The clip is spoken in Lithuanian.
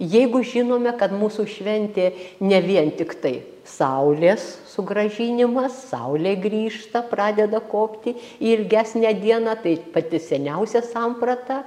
jeigu žinome kad mūsų šventė ne vien tiktai saulės sugrąžinimas saulė grįžta pradeda kopti į ilgesnę dieną tai pati seniausia samprata